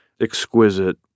exquisite